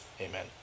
amen